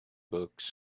books